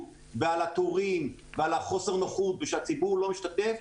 ועל התורים ועל חוסר הנוחות ושהציבור לא ישתתף,